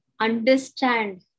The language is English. understand